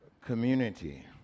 community